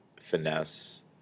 Finesse